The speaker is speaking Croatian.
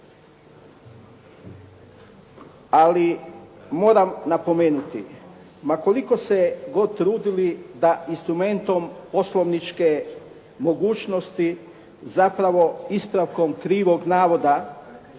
ali moram napomenuti ma koliko se god trudili da instrumentom poslovničke mogućnosti zapravo ispravkom krivog navoda